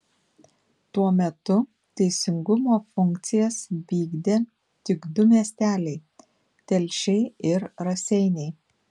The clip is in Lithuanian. tuo metu teisingumo funkcijas vykdė tik du miesteliai telšiai ir raseiniai